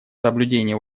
соблюдение